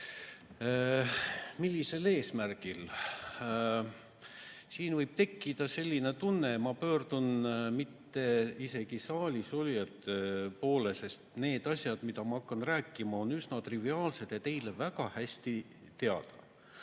Millisel eesmärgil? Siin võib tekkida selline tunne ... Ma ei pöördu mitte isegi saalis olijate poole, sest need asjad, mida ma hakkan rääkima, on üsna triviaalsed ja teile väga hästi teada.